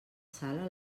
sala